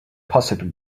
possibly